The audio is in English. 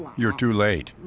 you're too late.